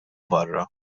barra